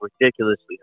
ridiculously